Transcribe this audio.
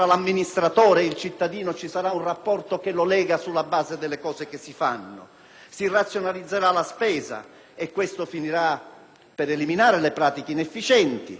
Si razionalizzerà la spesa, e questo finirà per eliminare le pratiche inefficienti, perché non ci sarà più qualcuno che le paga ma sarà l'amministratore che le porta avanti che dovrà risponderne.